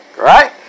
right